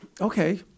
Okay